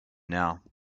now